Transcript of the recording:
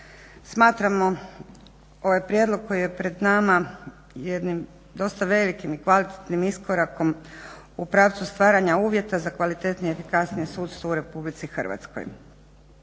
smatramo ovaj prijedlog koji je pred nama jednim dosta velikim i kvalitetnim iskorakom u pravcu stvaranja uvjeta za kvalitetnije i efikasnije sudstvo u Republici Hrvatskoj.